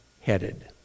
headed